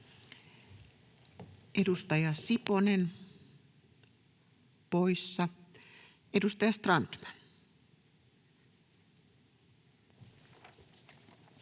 Edustaja Siponen poissa. — Edustaja Strandman.